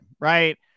Right